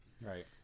Right